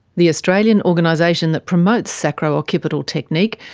the australian organisation that promotes sacro occipital technique,